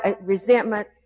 resentment